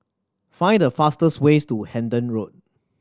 find the fastest way to Hendon Road